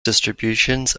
distributions